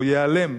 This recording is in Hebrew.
או ייעלם,